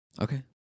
okay